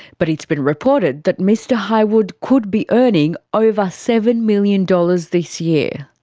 but it's been reported that mr hywood could be earning over seven million dollars this year.